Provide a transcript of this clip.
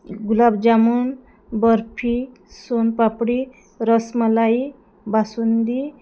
gulab jamun barfi soan papdi rasmalai basundi